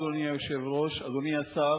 אדוני היושב-ראש, אדוני השר,